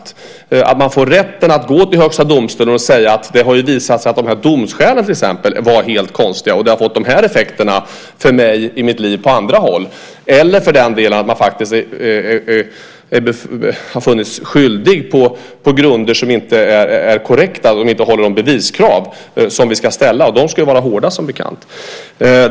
Det handlar om att man får rätten att gå till Högsta domstolen och säga att det har visat sig att domskälen till exempel varit helt konstiga och har fått effekter för mig i mitt liv på andra håll, eller om man har befunnits skyldig på grunder som inte är korrekta och inte håller för de beviskrav som vi ska ställa. De ska ju vara hårda som bekant.